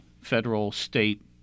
federal-state